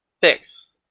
fix